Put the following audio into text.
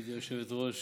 גברתי היושבת-ראש,